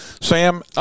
Sam